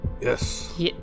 Yes